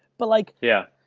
but like yeah.